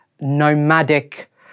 nomadic